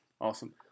awesome